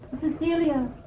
Cecilia